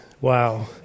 Wow